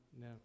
no